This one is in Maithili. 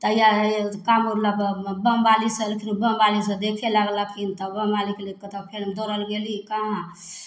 तहिआ हइ कामरु लऽ कऽ बम बालीसभ बमवालीसभ देखै लागलखिन तऽ बमवालीके लेकऽ तब फेर दौड़ल गेली कहाँ